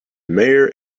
mayor